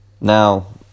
Now